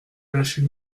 lâcher